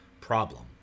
problem